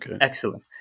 excellent